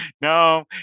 No